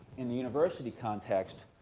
in the university context,